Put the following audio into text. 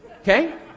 okay